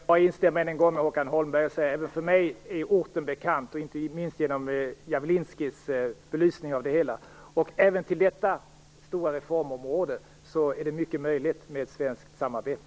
Fru talman! Jag kan bara än en gång instämma med Håkan Holmberg. Även för mig är orten bekant, inte minst genom Javlinskijs belysning av det hela. Även beträffande detta stora reformområde är det mycket möjligt med svenskt samarbete.